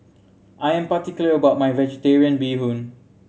I am particular about my Vegetarian Bee Hoon